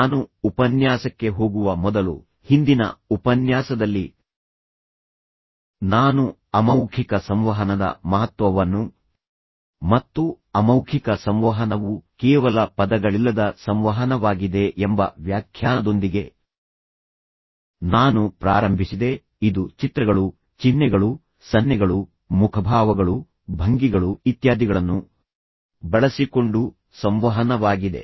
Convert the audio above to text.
ನಾನು ಉಪನ್ಯಾಸಕ್ಕೆ ಹೋಗುವ ಮೊದಲು ಹಿಂದಿನ ಉಪನ್ಯಾಸದಲ್ಲಿ ನಾನು ಅಮೌಖಿಕ ಸಂವಹನದ ಮಹತ್ವವನ್ನು ಮತ್ತು ಅಮೌಖಿಕ ಸಂವಹನವು ಕೇವಲ ಪದಗಳಿಲ್ಲದ ಸಂವಹನವಾಗಿದೆ ಎಂಬ ವ್ಯಾಖ್ಯಾನದೊಂದಿಗೆ ನಾನು ಪ್ರಾರಂಭಿಸಿದೆ ಇದು ಚಿತ್ರಗಳು ಚಿಹ್ನೆಗಳು ಸನ್ನೆಗಳು ಮುಖಭಾವಗಳು ಭಂಗಿಗಳು ಇತ್ಯಾದಿಗಳನ್ನು ಬಳಸಿಕೊಂಡು ಸಂವಹನವಾಗಿದೆ